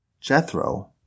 Jethro